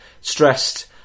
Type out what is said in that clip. stressed